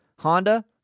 Honda